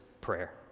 prayer